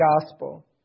gospel